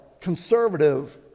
conservative